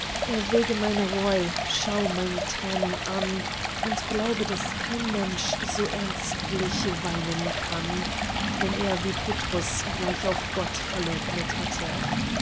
erwäge meine reu schau meine tränen an und glaube daß kein mensch so ernstlich weinen kann wenn er wie petrus gleich auch gott verleugnet hätte